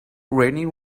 raining